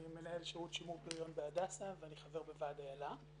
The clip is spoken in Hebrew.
אני מנהל שירות שימור פריון בהדסה ואני חבר בוועד איל"ה.